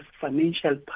financial